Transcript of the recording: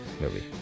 movie